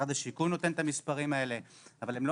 משרד השיכון נותן את המספרים האלה אבל הם לא